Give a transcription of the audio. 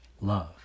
Love